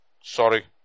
Sorry